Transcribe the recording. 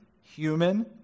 human